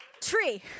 tree